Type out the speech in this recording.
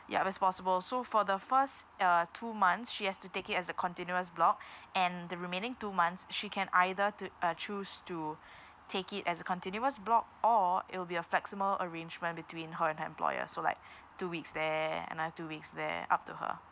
yup it's possible so for the first uh two months she has to take it as a continuous block and the remaining two months she can either to uh choose to take it as a continuous block or it will be a flexible arrangement between her and her employer so like two weeks there another two weeks there up to her